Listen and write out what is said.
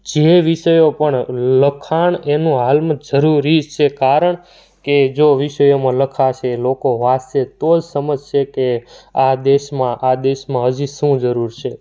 જે વિષયો પણ લખાણ એનું હાલમાં જરૂરી છે કારણ કે જો વિષયોમાં લખાશે લોકો વાંચશે તો જ સમજશે કે આ દેશમાં આ દેશમાં હજી શું જરૂર છે